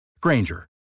Granger